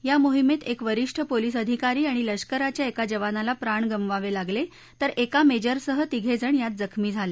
या माहिमेत एक वरिष्ठ पोलीस अधिकारी आणि लष्कराच्या एका जवानाला प्राण गमावावे लागले तर एका मेजरसह तिघे जण यात जखमी झाले